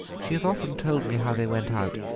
she has often told me how they went out,